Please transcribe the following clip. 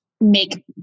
make